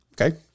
Okay